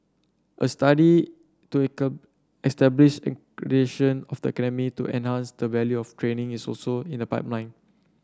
a study to establish of the academy to enhance the value of training is also in the pipeline